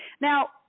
Now